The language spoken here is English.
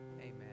amen